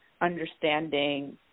understanding